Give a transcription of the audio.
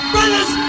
Brothers